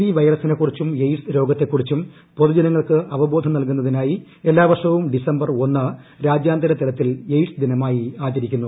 V വൈറസിനെക്കുറിച്ചും AIDS രോഗത്തെക്കുറിച്ചും പൊതുജനങ്ങൾക്ക് അവബോധം നൽകുന്നതിനായി എല്ലാ വർഷവും ഡിസംബർ ഒന്ന് രാജ്യാന്തര തലത്തിൽ എയ്ഡ്സ് ദിനമായി ആചരിക്കുന്നു